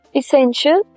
essential